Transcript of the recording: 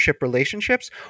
relationships